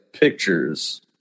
pictures